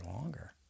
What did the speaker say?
longer